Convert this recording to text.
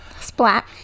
splat